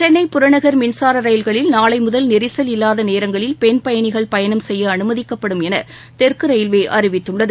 சென்னை புறநகர் மின்சார ரயில்களில் நாளை முதல் நெரிசல் இல்லாத நேரங்களில் பெண் பயணிகள் பயணம் செய்ய அனுமதிக்கப்படும் என தெற்கு ரயில்வே அறிவித்துள்ளது